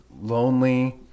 lonely